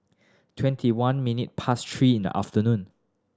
twenty one minutes past three in the afternoon